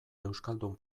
euskaldun